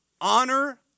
honor